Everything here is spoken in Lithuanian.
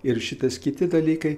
ir šitas kiti dalykai